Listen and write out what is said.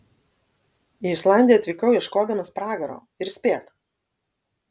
į islandiją atvykau ieškodamas pragaro ir spėk